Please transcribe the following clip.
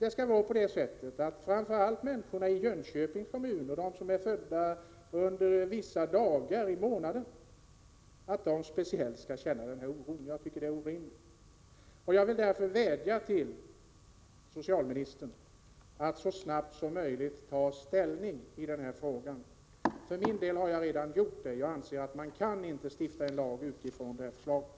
Framför allt är det orimligt att människor som är födda vissa dagar i månaden i Jönköping skall behöva känna den oron. Jag vädjar till socialministern att så snabbt som möjligt ta ställning i frågan. För min del har jag redan gjort det — jag anser att man inte kan stifta en lag utifrån det här förslaget.